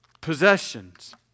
possessions